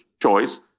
choice